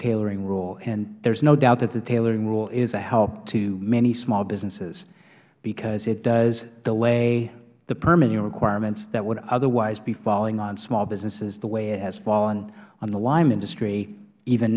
tailoring rule and there is no doubt that the tailoring rule is a help to many small businesses because it does delay the permitting requirements that would otherwise be falling on small businesses the way it has fallen on the lime industry even